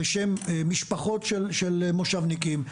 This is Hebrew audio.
בשם משפחות של מושבניקים,